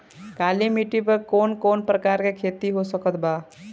काली मिट्टी पर कौन कौन प्रकार के खेती हो सकत बा?